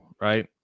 right